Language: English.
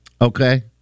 Okay